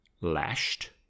lashed